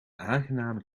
aangename